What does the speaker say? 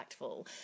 impactful